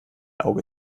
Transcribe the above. auge